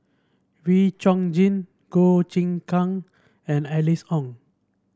Wee Chong Jin Goh Choon Kang and Alice Ong